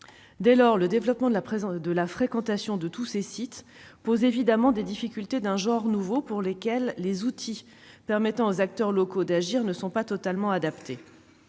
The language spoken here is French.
Dès lors, le développement de la fréquentation de tous ces sites pose évidemment des difficultés d'un genre nouveau, auxquelles les outils permettant aux acteurs locaux d'agir ne sont pas totalement adaptés.